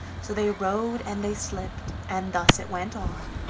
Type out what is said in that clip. so they rode and they slipped, and thus it went on.